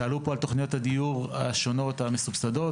שאלו פה על תוכניות הדיור השונות המסובסדות.